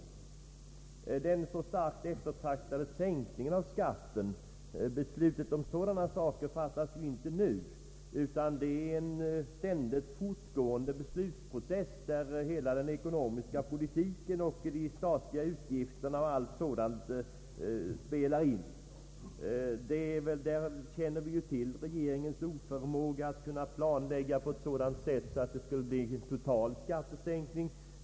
När det gäller den så starkt eftertraktade sänkningen av skatten fattas inte nu beslut om sådana saker, utan det är en ständigt fortgående beslutsprocess, där hela den ekonomiska politiken, de statliga utgifterna och dylikt spelar in. Vi känner till regeringens oförmåga att planlägga på ett sådant sätt att man skulle få en total skattesänkning.